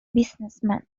businessman